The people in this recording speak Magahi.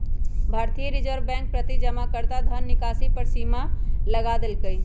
भारतीय रिजर्व बैंक प्रति जमाकर्ता धन निकासी पर सीमा लगा देलकइ